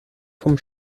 vom